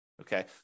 okay